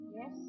Yes